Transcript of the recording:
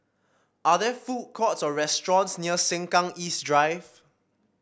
are there food courts or restaurants near Sengkang East Drive